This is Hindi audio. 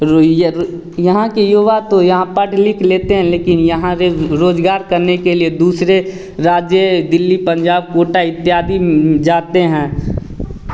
रोईय यहाँ के युवा तो यहाँ पढ़ लिख लेते हैं लेकिन यहाँ रेज रोज़गार करने के लिए दूसरे राज्य दिल्ली पंजाब कोटा इत्यादि म जाते हैं